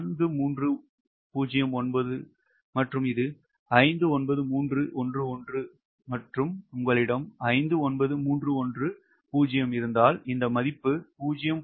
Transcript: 4309 மற்றும் இது 59311 மற்றும் உங்களிடம் 59310 இருந்தால் இந்த மதிப்பு 0